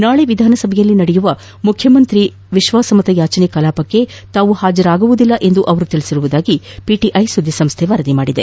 ನಾಳೆ ವಿಧಾನಸಭೆಯಲ್ಲಿ ನಡೆಯುವ ಮುಖ್ಯಮಂತ್ರಿ ಕುಮಾರಸ್ವಾಮಿ ಅವರ ವಿಶ್ವಾಸಮತಯಾಚನೆ ಕಲಾಪಕ್ಕೆ ತಾವು ಹಾಜರಾಗುವುದಿಲ್ಲ ಎಂದು ತಿಳಿಸಿರುವುದಾಗಿ ಪಿಟಿಐ ಸುದ್ದಿಸಂಸ್ಥೆ ವರದಿ ಮಾಡಿದೆ